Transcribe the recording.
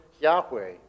Yahweh